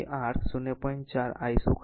તેથી અહીં r 0